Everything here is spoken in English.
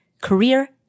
career